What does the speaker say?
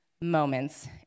moments